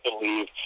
believe